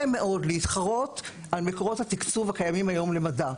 מאוד להתחרות על מקורות התקצוב הקיימים היום למדע.